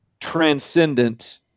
transcendent